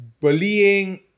bullying